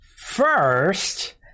First